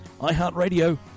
iHeartRadio